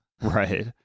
Right